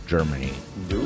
Germany